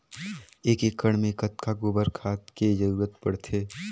एक एकड़ मे कतका गोबर खाद के जरूरत पड़थे?